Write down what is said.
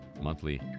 monthly